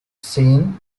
seen